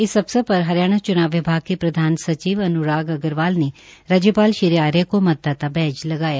इस अवसर पर हरियाणा च्नाव विभाग के प्रधान सचिव श्री अन्राग अग्रवाल ने राज्यपाल श्री आर्य को मतदाता बैज लगाया